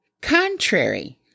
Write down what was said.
contrary